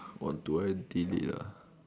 or do I leave it ah